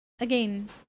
again